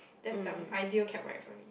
that's the ideal cab ride for me